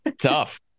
tough